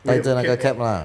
带着那个 cap lah